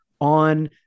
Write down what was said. on